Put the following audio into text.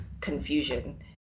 confusion